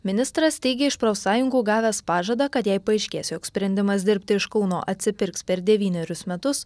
ministras teigė iš profsąjungų gavęs pažadą kad jei paaiškės jog sprendimas dirbti iš kauno atsipirks per devynerius metus